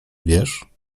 wiesz